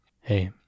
hey